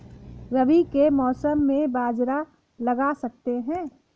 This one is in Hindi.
रवि के मौसम में बाजरा लगा सकते हैं?